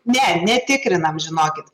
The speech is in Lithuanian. ne netikrinam žinokit